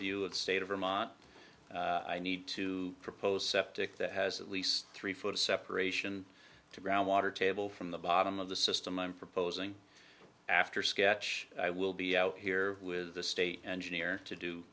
purview of the state of vermont i need to propose septic that has at least three foot of separation to groundwater table from the bottom of the system i'm proposing after sketch i will be out here with the state engineer to do